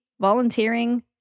volunteering